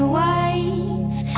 wife